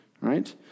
right